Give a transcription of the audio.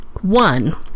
One